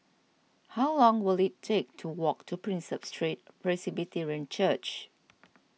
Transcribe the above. how long will it take to walk to Prinsep Street Presbyterian Church